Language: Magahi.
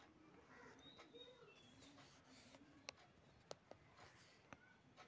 अक्टूबर से दिसंबर तक की स्टेटमेंट निकल दाहू?